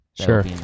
Sure